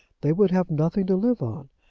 they would have nothing to live on.